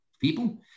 people